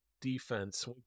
defense